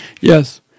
Yes